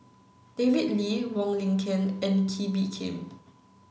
David Lee Wong Lin Ken and Kee Bee Khim